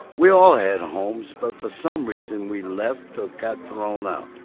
we all had homes. but for some reason we left or got thrown out.